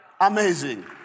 Amazing